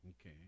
okay